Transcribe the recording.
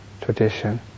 tradition